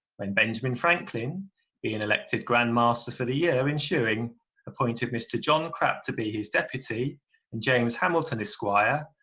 when benjamin franklin being elected grand master for the year ensuing appointed mr john crap to be his deputy and james hamilton, esquire,